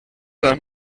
las